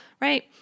right